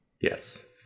yes